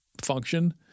function